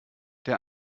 der